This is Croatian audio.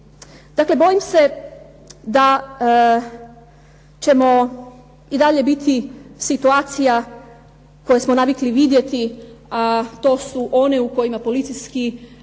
Dakle, bojim se da ćemo i dalje biti situacija koje smo navikli vidjeti, a to su one u kojima policijski